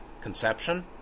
conception